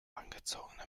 angezogene